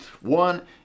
One